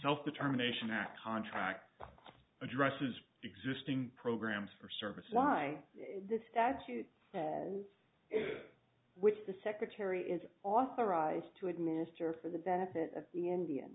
self determination that contract addresses existing programs for service why the statute says which the secretary is authorized to administer for the benefit of the indian